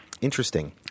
Interesting